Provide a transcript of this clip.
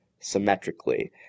symmetrically